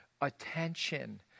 attention